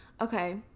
Okay